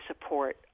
support